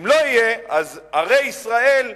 אם לא יהיה, אז ערי ישראל יבערו.